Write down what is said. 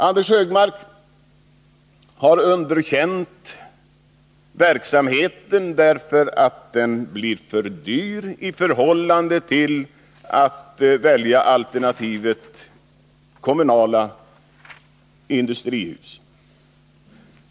Anders Högmark har underkänt verksamheten därför att den skulle bli för dyr i förhållande till alternativet kommunala industrihus.